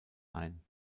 ein